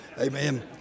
Amen